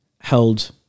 held